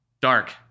dark